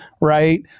right